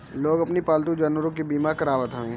लोग अपनी पालतू जानवरों के बीमा करावत हवे